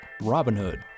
Robinhood